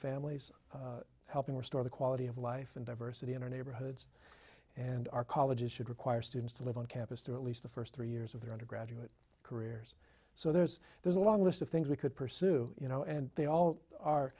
families helping restore the quality of life and diversity in our neighborhoods and our colleges should require students to live on campus through at least the first three years of their undergraduate careers so there's there's a long list of things we could pursue you know and they all are